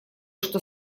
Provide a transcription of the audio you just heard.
что